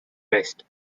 best